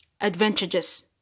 advantages